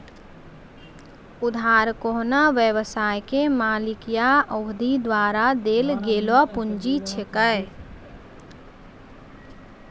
उधार कोन्हो व्यवसाय के मालिक या उद्यमी द्वारा देल गेलो पुंजी छिकै